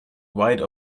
wide